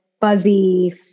fuzzy